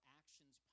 actions